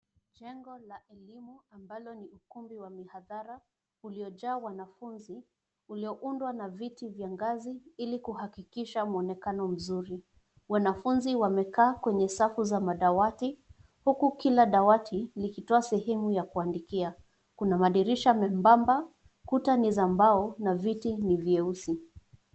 Jengo la elimu ambalo ni ukumbi wa mihadhara, uliojaa wanafunzi, ulioundwa na viti vya ngazi ili kuhakikisha muonekano mzuri. Wanafunzi wamekaa kwenye safu za madawati, huku kila dawati likitoa sehemu ya kuandikia. Kuna madirisha membamba, kuta ni za mbao na viti ni vieusi.